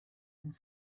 and